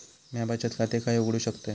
म्या बचत खाते खय उघडू शकतय?